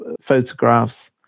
Photographs